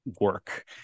work